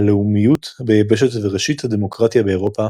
הלאומיות ביבשת וראשית הדמוקרטיה באירופה,